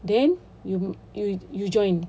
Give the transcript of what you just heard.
then you you you join